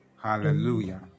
Hallelujah